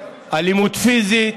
אלימות פיזית,